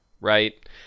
right